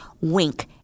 Wink